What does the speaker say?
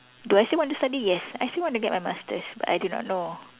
do I still want to study yes I still want to get my masters but I do not know